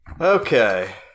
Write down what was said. okay